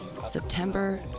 September